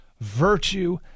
virtue